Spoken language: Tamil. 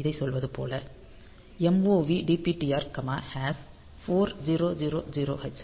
இதைச் சொல்வது போல MOV dptr 4000h